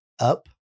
Up